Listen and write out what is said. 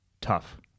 tough